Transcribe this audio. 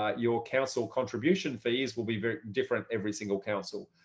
ah your council contribution fees will be very different every single council.